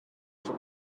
for